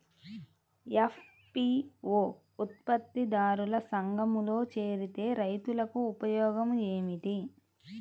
FPO ఉత్పత్తి దారుల సంఘములో చేరితే రైతులకు ఉపయోగము ఏమిటి?